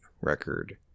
record